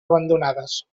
abandonades